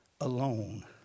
alone